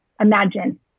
imagine